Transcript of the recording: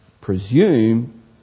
presume